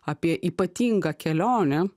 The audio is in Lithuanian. apie ypatingą kelionę